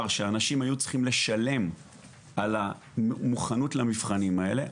שאנשים היו צריכים לשלם על המוכנות למבחנים האלה.